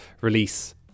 release